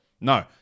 No